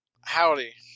Howdy